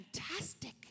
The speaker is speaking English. fantastic